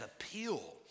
appeal